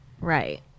Right